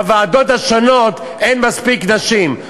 בוועדות השונות אין מספיק נשים.